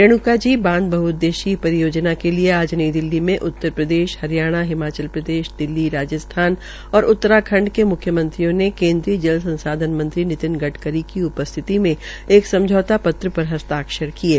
रेण्का जी बांध बहउद्देशीय परियोजना के लिये आज नई दिल्ली में उत्तरप्रदेश हरियाणा हिमाचल प्रदेश दिल्ली राज्स्थान और उत्तरांखड़ के म्ख्यमंत्रियों ने केन्द्रीय जल संसाधन मंत्री नितिन गडकरी की उपस्थिति में एक समझौता पत्र पर हस्ताक्षर किये